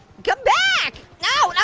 come back, oh,